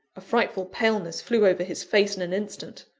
a frightful paleness flew over his face in an instant.